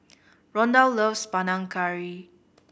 Rondal loves Panang Curry